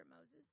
Moses